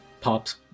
Pops